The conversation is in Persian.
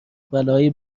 بلاهای